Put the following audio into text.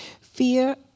fear